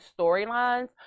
storylines